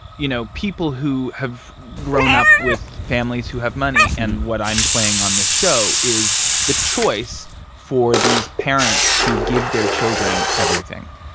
you know, people who have grown up with families who have money and what i'm playing on this show is the choice for these parents to give their children everything.